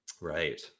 Right